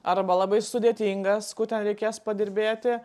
arba labai sudėtingas ku ten reikės padirbėti